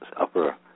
upper